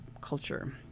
culture